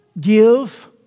give